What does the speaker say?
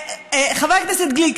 חבר הכנסת גליק,